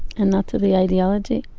and not to the ideology.